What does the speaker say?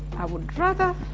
i would rather